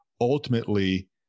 ultimately